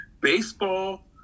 Baseball